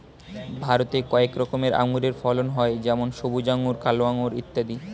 ভারতে কয়েক রকমের আঙুরের ফলন হয় যেমন সবুজ আঙুর, কালো আঙুর ইত্যাদি